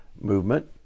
movement